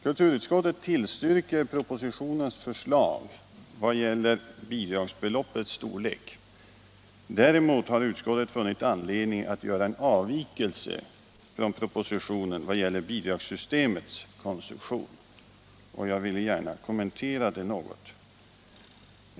Kulturutskottet tillstyrker propositionens förslag i vad gäller bidragsbeloppets storlek. Däremot har utskottet funnit anledning att göra en avvikelse från propositionen beträffande bidragssystemets konstruktion. Jag vill gärna kommentera detta något.